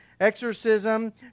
exorcism